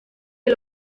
que